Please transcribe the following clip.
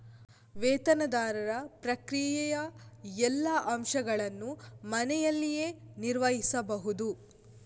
ವೇತನದಾರರ ಪ್ರಕ್ರಿಯೆಯ ಎಲ್ಲಾ ಅಂಶಗಳನ್ನು ಮನೆಯಲ್ಲಿಯೇ ನಿರ್ವಹಿಸಬಹುದು